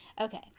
okay